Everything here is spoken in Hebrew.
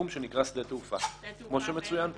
שנקרא שדה תעופה, כמו שמצוין פה.